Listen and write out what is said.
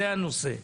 זה הנושא,